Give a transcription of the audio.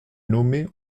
nommé